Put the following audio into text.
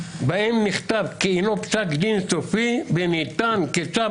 בהם נכתב כי הינו פסק דין סופי וניתן כצו